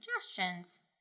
suggestions